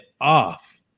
off